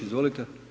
Izvolite.